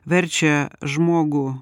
verčia žmogų